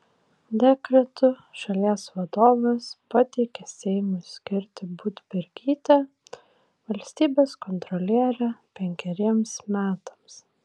dekretu šalies vadovas pateikė seimui skirti budbergytę valstybės kontroliere penkeriems metams